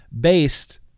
based